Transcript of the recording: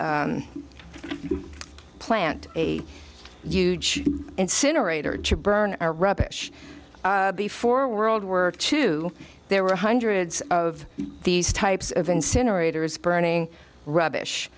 a plant a huge incinerator to burn our rubbish before world war two there were hundreds of these types of incinerators burning rubbish